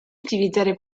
utilizzare